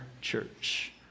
church